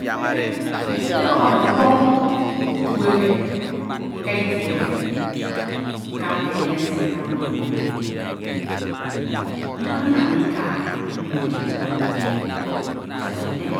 Mkpe Ekpedọkhọ mkpọñ itio eke nka ntenyefe se nnamde, mkpama ndika ebi uneñe. siak uneñe